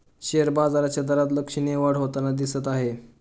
share बाजाराच्या दरात लक्षणीय वाढ होताना दिसत आहे